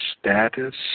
status